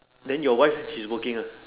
then your wife she is working ah